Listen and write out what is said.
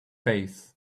bass